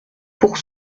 pour